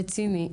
רציני,